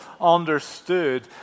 understood